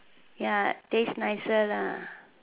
ya taste nicer lah